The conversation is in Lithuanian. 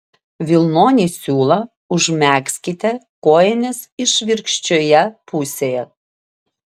vilnonį siūlą užmegzkite kojinės išvirkščioje pusėje